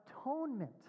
Atonement